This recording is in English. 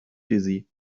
dizzy